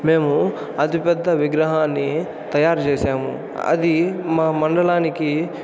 మేము అతి పెద్ద విగ్రహన్ని తయారు చేశాము అది మా మండలానికి చు